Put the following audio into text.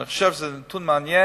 אני חושב שזה נתון מעניין,